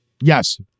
Yes